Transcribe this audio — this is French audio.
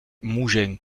mougins